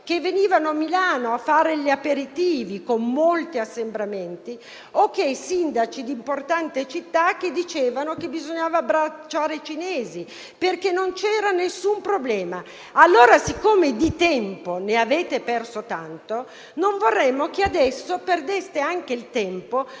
che venivano a Milano a fare gli aperitivi, con molti assembramenti, o sindaci di importanti città che dicevano che bisognava abbracciare i cinesi perché non c'era alcun problema. Siccome allora di tempo ne avete perso tanto, non vorremmo che adesso perdeste altro tempo